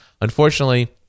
Unfortunately